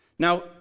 Now